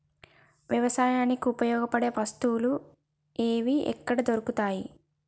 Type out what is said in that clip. వ్యవసాయానికి ఉపయోగపడే వస్తువులు ఏవి ఎక్కడ దొరుకుతాయి?